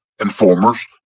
informers